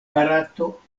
barato